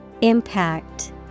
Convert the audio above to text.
Impact